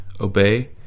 obey